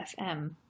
FM